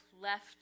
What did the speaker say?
left